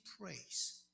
praise